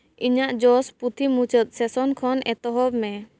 ᱤᱧᱟᱹᱜ ᱡᱚᱥ ᱯᱩᱛᱷᱤ ᱢᱩᱪᱟᱹᱫ ᱥᱮᱥᱮᱱ ᱠᱷᱚᱱ ᱮᱛᱚᱦᱚᱵ ᱢᱮ